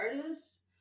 artists